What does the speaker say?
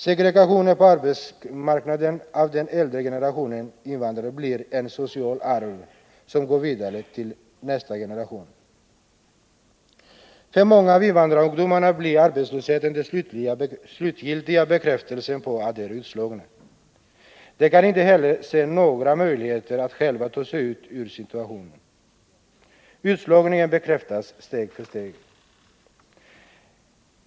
Segregationen på arbetsmarknaden av den äldre generationen invandrare blir ett socialt arv, som går vidare till nästa generation. För många av invandrarungdomarna blir arbetslösheten den slutgiltiga bekräftelsen på att de är utslagna. De kan inte heller se några möjligheter att själva ta sig ut ur sin situation. Utslagningen bekräftas steg för steg.